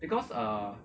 because err